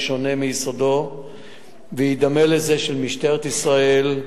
שונה מיסודו וידמה לזה של משטרת ישראל,